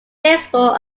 baseball